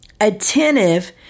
attentive